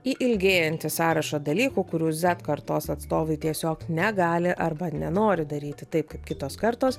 į ilgėjantį sąrašą dalykų kurių zet kartos atstovai tiesiog negali arba nenori daryti taip kaip kitos kartos